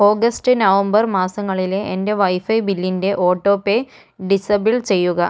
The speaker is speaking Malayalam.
ഓഗസ്റ്റ് നവംബർ മാസങ്ങളിലെ എൻ്റെ വൈഫൈ ബില്ലിൻ്റെ ഓട്ടോ പേ ഡിസബിൾ ചെയ്യുക